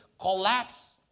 collapse